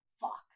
fuck